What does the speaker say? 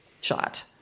shot